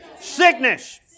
Sickness